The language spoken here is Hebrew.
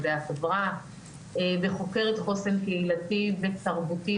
מדעי החברה וחוקרת חוסן קהילתי ותרבותי,